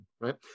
Right